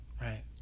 Right